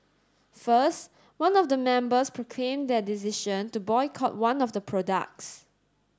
first one of the members proclaimed their decision to boycott one of the products